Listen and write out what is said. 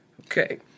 Okay